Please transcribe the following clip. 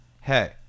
Hey